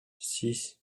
six